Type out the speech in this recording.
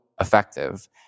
effective